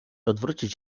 odwrócić